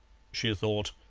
she thought,